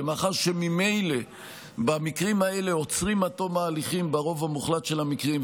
ומאחר שממילא במקרים האלה עוצרים עד תום ההליכים ברוב המוחלט של המקרים,